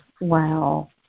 Wow